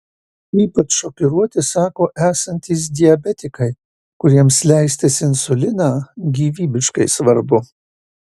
ypač šokiruoti sako esantys diabetikai kuriems leistis insuliną gyvybiškai svarbu